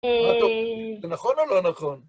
זה נכון או לא נכון?